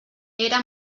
era